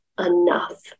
enough